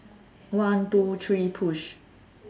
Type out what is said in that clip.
one two three push